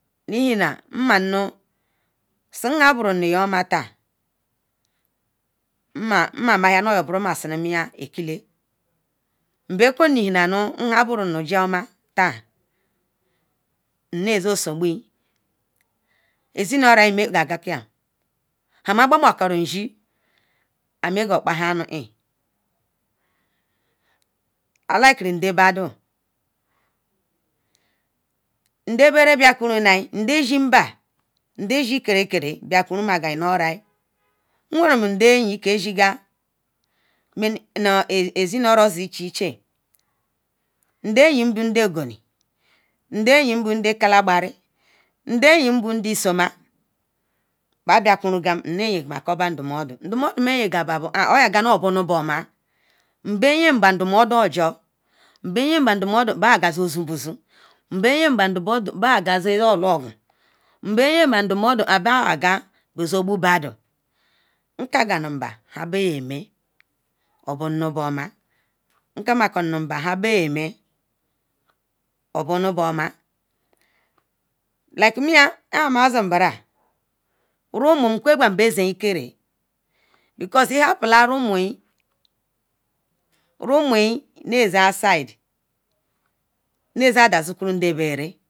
nhinal sonhan bronu yoma tan oyo bronu oma akila nbekwe iyinal nhan broni oma tan nbia no soboyie zinuoro mayin han mabo roinshi amegai okpal han nuni alikiri ndabodo nde ban biakuruna nde shi nba lkerekere nweren ndeshi mba sonu mba si ni ichen chen ayim bo yin ogoui nde ayim bo ndel kedabari ndel eyin bo ndel lsima ba biakong am nne yin ba ndomodo ndomodo me yin ga ba bo oyo ganu bro ba oma nbe yin ba ndomodo ojor nbe yin ba ndomodo aba yal sen zon bo zon nbe yin ba ndomodo aba gal zon logun nbe yin ba ndomodo ke baga ogbubadon nkakanu ba nhan be mal obro ba oma like mi yan amazin nbra nkwe kwun rumun zin ikera because i happola rumuyin rumayin na zen out side nazen dakuru ndebere